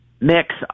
Mix